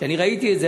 כשאני ראיתי את זה,